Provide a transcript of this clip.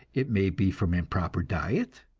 it may be from improper diet,